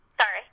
Sorry